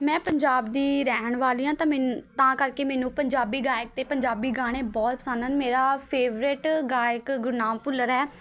ਮੈਂ ਪੰਜਾਬ ਦੀ ਰਹਿਣ ਵਾਲੀ ਹਾਂ ਤਾਂ ਮੰਨ ਤਾਂ ਕਰਕੇ ਮੈਨੂੰ ਪੰਜਾਬੀ ਗਾਇਕ ਅਤੇ ਪੰਜਾਬੀ ਗਾਣੇ ਬਹੁਤ ਪਸੰਦ ਹਨ ਮੇਰਾ ਫੇਵਰੇਟ ਗਾਇਕ ਗੁਰਨਾਮ ਭੁੱਲਰ ਹੈ